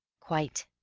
quite.